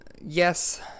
yes